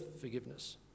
forgiveness